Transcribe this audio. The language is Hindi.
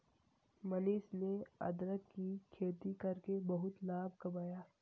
मनीष ने अदरक की खेती करके बहुत लाभ कमाया